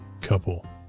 couple